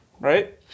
Right